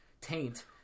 taint